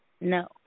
No